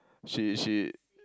she she